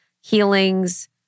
healings